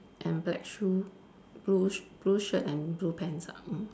and black shoe blue sh~ blue shirt and blue pants ah mm